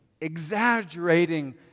exaggerating